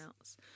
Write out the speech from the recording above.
else